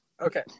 Okay